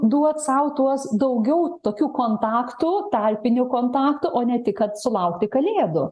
duot sau tuos daugiau tokių kontaktų tarpinių kontaktų o ne tik kad sulaukti kalėdų